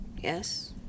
Yes